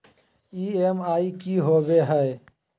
EMI की होवे है?